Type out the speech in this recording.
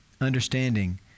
understanding